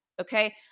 okay